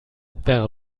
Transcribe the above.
wäre